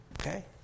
Okay